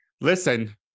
listen